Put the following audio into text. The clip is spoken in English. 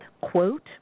quote